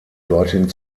dorthin